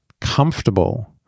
comfortable